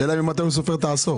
השאלה היא ממתי הוא סופר את העשור.